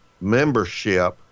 membership